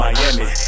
Miami